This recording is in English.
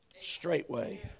straightway